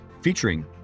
featuring